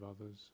others